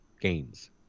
games